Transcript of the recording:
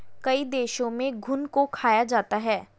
कई देशों में घुन को खाया जाता है